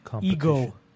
ego